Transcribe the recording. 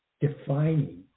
defining